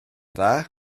dda